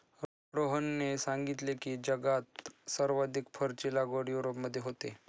रोहनने सांगितले की, जगात सर्वाधिक फरची लागवड युरोपमध्ये होते